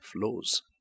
flows